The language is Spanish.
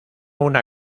una